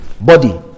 body